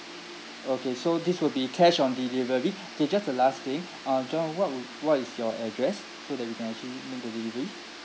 okay so this will be cash on delivery K just the last thing uh john what would what is your address so that we can actually make the delivery